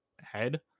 head